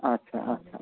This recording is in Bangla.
আচ্ছা আচ্ছা